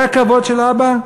זה הכבוד של אבא?